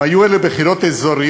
אם היו אלו בחירות אזוריות,